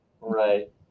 Right